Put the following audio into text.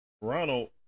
Ronald